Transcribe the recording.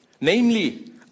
Namely